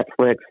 Netflix